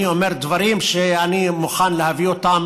אני אומר דברים שאני מוכן להביא אותם